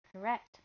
correct